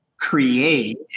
create